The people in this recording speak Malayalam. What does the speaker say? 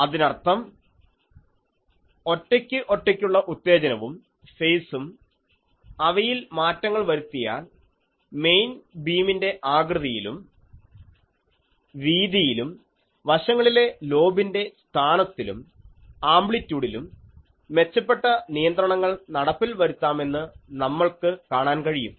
അതിനർത്ഥം ഒറ്റയ്ക്ക് ഒറ്റയ്ക്കുള്ള ഉത്തേജനവും ഫേസും അവയിൽ മാറ്റങ്ങൾ വരുത്തിയാൽ മെയിൻ ബീമിൻറെ ആകൃതിയിലും വീതിയിലും വശങ്ങളിലെ ലോബിൻറെ സ്ഥാനത്തിലും ആംപ്ലിറ്റ്യൂഡിലും മെച്ചപ്പെട്ട നിയന്ത്രണങ്ങൾ നടപ്പിൽ വരുത്താമെന്ന് നമ്മൾക്ക് കാണാൻ കഴിയും